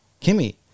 Kimmy